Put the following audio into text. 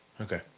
Okay